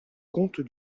conte